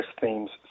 themes